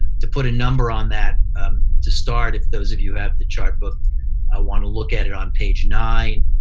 to put a number on that to start, if those of you who have the chartbook ah want to look at it on page nine,